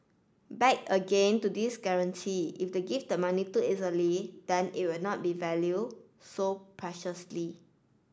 back again to this guarantee if they give the money too easily then it will not be valued so preciously